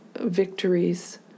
victories